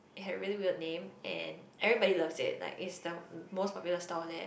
it had really weird name and everybody loves it it's like the most popular store there